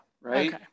right